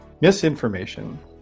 Misinformation